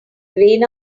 grain